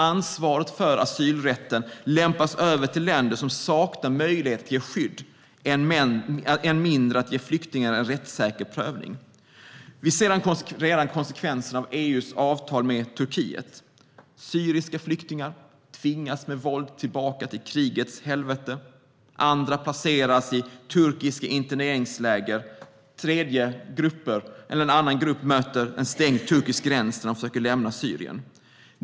Ansvaret för asylrätten lämpas över till länder som saknar möjligheter att ge flyktingar skydd, än mindre att ge dem en rättssäker prövning. Vi ser redan konsekvenserna av EU:s avtal med Turkiet. Syriska flyktingar tvingas med våld tillbaka till krigets helvete, placeras i turkiska interneringsläger eller möter en stängd turkisk gräns när de försöker lämna Syrien.